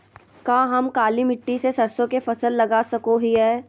का हम काली मिट्टी में सरसों के फसल लगा सको हीयय?